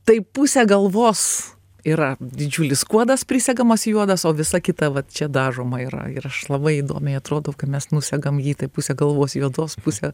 tai pusę galvos yra didžiulis kuodas prisegamas juodas o visa kita va čia dažoma yra ir aš labai įdomiai atrodau kai mes nusegam jį tai pusę galvos juodos pusę